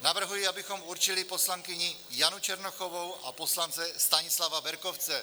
Navrhuji, abychom určili poslankyni Janu Černochovou a poslance Stanislava Berkovce.